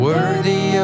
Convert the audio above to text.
Worthy